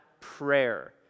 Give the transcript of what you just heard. prayer